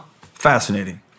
fascinating